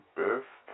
best